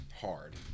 hard